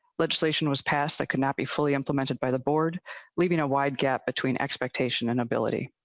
legislation was passed that cannot be fully implemented by the board leaving a wide gap between expectation and ability.